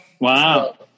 Wow